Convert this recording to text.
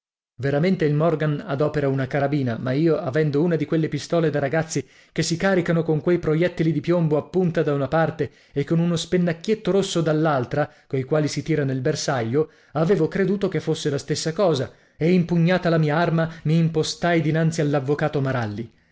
veramente il morgan adopera una carabina ma io avendo una di quelle pistole da ragazzi che si caricano con quei proiettili di piombo a punta da una parte e con uno spennacchietto rosso dall'altra coi quali si tira nel bersaglio avevo creduto che fosse la stessa cosa e impugnata la mia arma mi impostai dinanzi